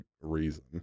reason